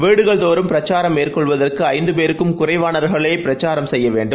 வீடுகள்தோறும் பிரச்சாரம் மேற்கொள்வதற்குஐந்துபேருக்கும் குறைவானவர்களேபிரச்சாரம் செய்யவேண்டும்